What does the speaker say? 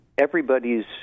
everybody's